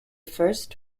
first